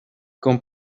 con